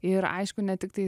ir aišku ne tiktai